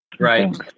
Right